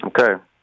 Okay